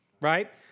right